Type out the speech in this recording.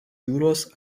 jūros